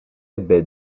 ebbe